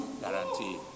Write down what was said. Guarantee